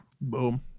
Boom